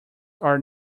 are